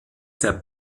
der